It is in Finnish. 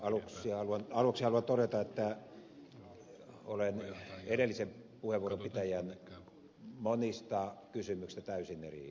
aluksi haluan todeta että olen edellisen puheenvuoron pitäjän monista kysymyksistä täysin eri mieltä